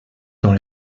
dans